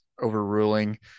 overruling